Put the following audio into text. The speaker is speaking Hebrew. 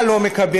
מה לא מקבל?